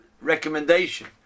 recommendation